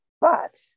But-